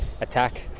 attack